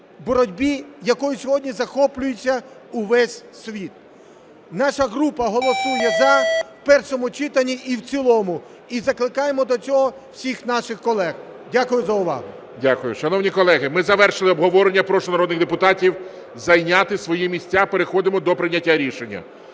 боротьбі, якою сьогодні захоплюється увесь світ. Наша група голосує "за" в першому читанні і в цілому і закликаємо до цього всіх наших колег. Дякую за увагу. ГОЛОВУЮЧИЙ. Дякую. Шановні колеги, ми завершили обговорення. Прошу народних депутатів зайняти свої місця, переходимо до прийняття рішення.